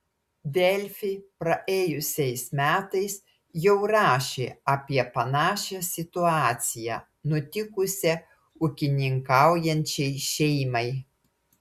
delfi praėjusiais metais jau rašė apie panašią situaciją nutikusią ūkininkaujančiai šeimai